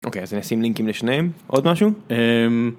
אוקיי אז אני אשים לינקים לשניהם. עוד משהו?